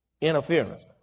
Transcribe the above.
interference